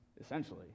essentially